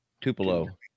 tupelo